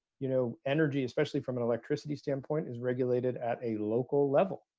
you know energy especially from an electricity standpoint is regulated at a local level